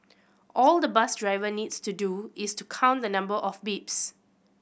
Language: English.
all the bus driver needs to do is to count the number of beeps